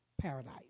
paradise